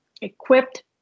equipped